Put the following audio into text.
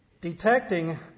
detecting